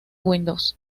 windows